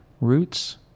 roots